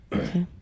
okay